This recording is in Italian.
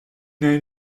una